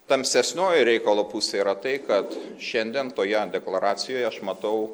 tamsesnioji reikalo pusė yra tai kad šiandien toje deklaracijoje aš matau